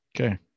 Okay